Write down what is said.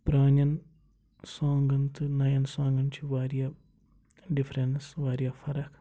پرانٮ۪ن سانٛگَن تہٕ نَیَن سانٛگَن چھِ واریاہ ڈِفرَنٕس واریاہ فَرَکھ